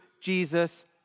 Jesus